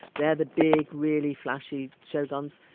they're the big really flashy show guns.